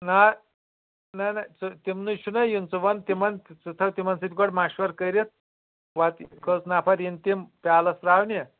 نا نہ نہ ژٕ تِمنی چُھنا یُن ژٕ وَن تِمن ژٕ تھاو تِمن سۭتۍ گۄڑٕ مشوَرٕ کٔرتھ پَتہ کٔژ نَفَر یِن تِم پیالس تراونہِ